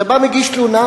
אתה בא להגיש תלונה,